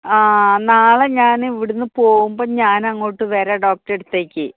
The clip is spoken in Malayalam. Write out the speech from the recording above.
ആ നാളെ ഞാൻ ഇവിടെ നിന്ന് പോകുമ്പോൾ ഞാൻ അങ്ങോട്ട് വരാം ഡോക്ടറുടെ അടുത്തേക്ക്